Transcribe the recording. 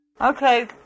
Okay